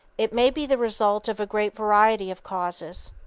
it may be the result of a great variety of causes.